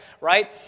right